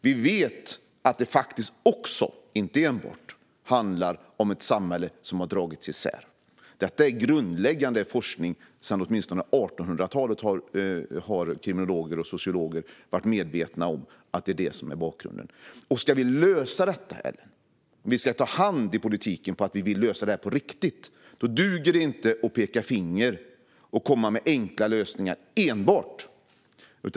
Vi vet att det också, inte enbart, handlar om ett samhälle som har dragits isär. Detta är grundläggande forskning. Åtminstone sedan 1800-talet har kriminologer och sociologer varit medvetna om att det är detta som är bakgrunden. Ska vi ta varandra i hand i politiken och lösa detta på riktigt duger det inte att enbart peka finger och komma med enkla lösningar.